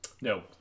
No